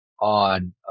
on